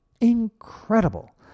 incredible